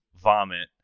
vomit